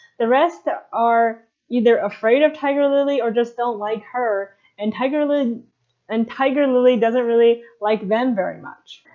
the rest ah are either afraid of tiger lily or just don't like her and tiger lily and tiger lily doesn't really like them very much.